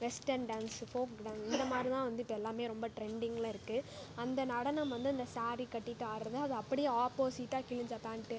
western dance folk dance இந்தமாதிரிதான் வந்து இப்போ எல்லாமே ரொம்ப ட்ரெண்டிங்கில் இருக்குது அந்த நடனம் வந்து இந்த சாரி கட்டிகிட்டு ஆடுறதை அது அப்படியே ஆப்போசிட்டாக கிழிஞ்ச பேண்ட்டு